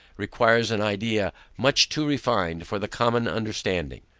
requires an idea much too refined for the common understanding.